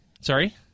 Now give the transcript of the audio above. sorry